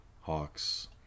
Hawks